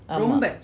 ah